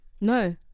No